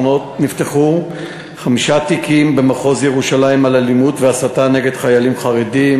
נפתחו חמישה תיקים במחוז ירושלים על אלימות והסתה נגד חיילים חרדים,